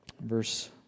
Verse